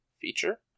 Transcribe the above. feature